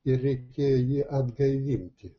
ir reikėjo jį atgaivinti